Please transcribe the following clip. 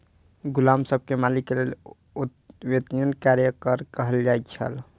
गुलाम सब के मालिक के लेल अवेत्निया कार्यक कर कहल जाइ छल